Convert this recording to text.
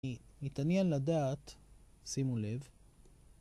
נתעניין לדעת, שימו לב,